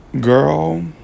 Girl